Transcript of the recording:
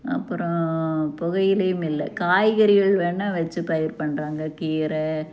அப்புறம் புகையிலையும் இல்லை காய்கறிகள் வேண்ணால் வச்சு பயிர் பண்ணுறாங்க கீரை